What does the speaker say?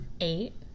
Eight